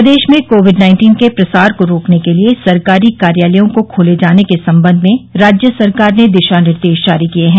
प्रदेश में Covid nineteen के प्रसार को रोकने के लिये सरकारी कार्यालयों को खोले जाने के संबंध में राज्य सरकार ने दिशा निर्देश जारी किये हैं